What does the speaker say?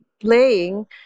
playing